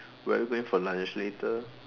where are we going for lunch later